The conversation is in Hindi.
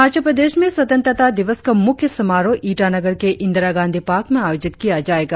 अरुणाचल प्रदेश में स्वतंत्रता दिवस का मुख्य समारोह ईटानगर के इंदिरा गांधी पार्क में आयोजित किया जाएगा